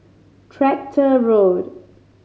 Tractor Road